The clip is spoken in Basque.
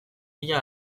bila